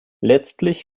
letztlich